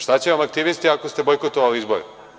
Šta će vam aktivisti ako ste bojkotovali izbore?